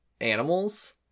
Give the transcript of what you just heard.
animals